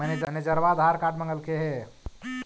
मैनेजरवा आधार कार्ड मगलके हे?